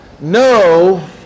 No